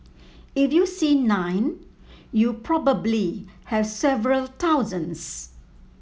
if you see nine you probably have several thousands